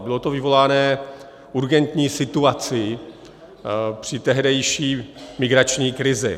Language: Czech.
Bylo to vyvoláno urgentní situací při tehdejší migrační krizi.